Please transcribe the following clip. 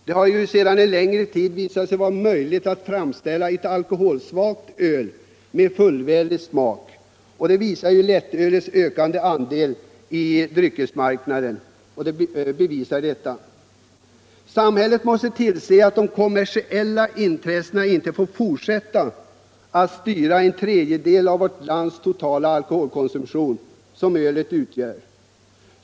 Det har ju sedan en längre tid visat sig vara möjligt att framställa ett alkoholsvagt öl med fullvärdig smak. Lättölets ökande andel av dryckesmarknaden bevisar detta. Samhället måste tillse att de kommersiella intressena inte får fortsätta att styra den tredjedel av vårt lands totala alkoholkonsumtion som ölet står för.